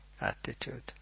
attitude